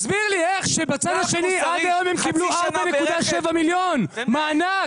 תסביר לי איך בצד השני עד היום הם קיבלו 4.7 מיליון מענק.